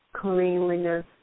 cleanliness